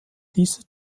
diese